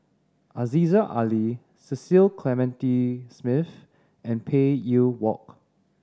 Aziza Ali Cecil Clementi Smith and Phey Yew Kok